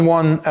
one